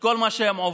כל מה שהם עוברים,